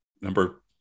number